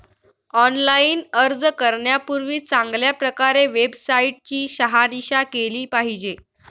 online अर्ज करण्यापूर्वी चांगल्या प्रकारे वेबसाईट ची शहानिशा केली पाहिजे